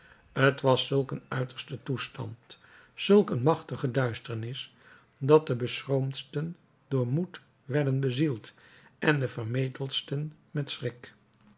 t was zulk een uiterste toestand zulk een machtige duisternis dat de beschroomdsten door moed werden bezield en de vermetelsten met schrik